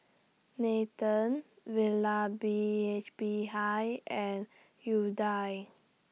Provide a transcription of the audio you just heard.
Nathan Vallabhbhai and Udai